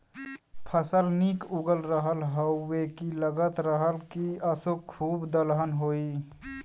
फसल निक उगल रहल हउवे की लगत रहल की असों खूबे दलहन होई